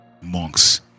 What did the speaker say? monks